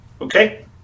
okay